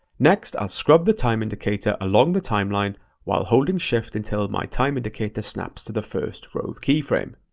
next, i'll scrub the time indicator along the timeline while holding shift until my time indicator snaps to the first rove keyframe.